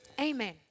Amen